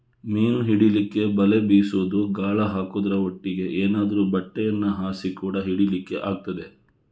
ಮೀನು ಹಿಡೀಲಿಕ್ಕೆ ಬಲೆ ಬೀಸುದು, ಗಾಳ ಹಾಕುದ್ರ ಒಟ್ಟಿಗೆ ಏನಾದ್ರೂ ಬಟ್ಟೆಯನ್ನ ಹಾಸಿ ಕೂಡಾ ಹಿಡೀಲಿಕ್ಕೆ ಆಗ್ತದೆ